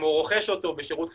אם הוא רוכש אותו בשירות חיצוני,